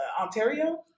Ontario